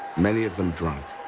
many of them drunk.